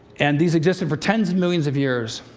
and these existed for tens of millions of years.